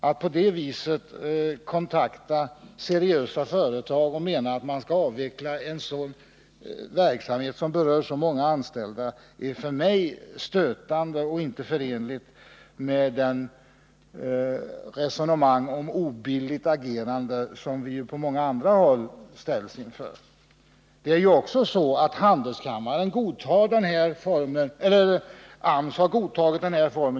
Att kontakta seriösa företag på det viset och hävda att de skall avveckla en verksamhet som berör så många anställda finner jag stötande och inte förenligt med de resonemang om obilligt agerande som vi för på många andra håll. Det är också så att AMS har godtagit den här formen av verksamheter.